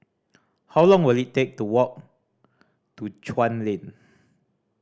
how long will it take to walk to Chuan Lane